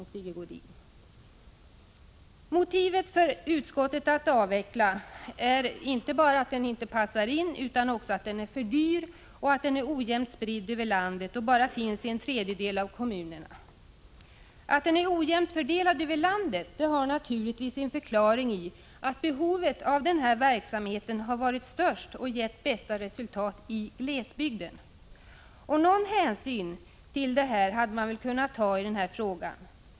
Utskottets motiv för att avveckla egenregiverksamheten är inte bara att den inte passar in, utan också att verksamheten i dag är för dyr och att den är ojämnt spridd över landet och bara finns i en tredjedel av kommunerna. Att den är ojämnt fördelad över landet har naturligtvis sin förklaring i att behovet av den här verksamheten har varit störst och gett bäst resultat i glesbygden. Någon hänsyn till det hade man väl kunnat ta.